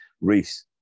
Reese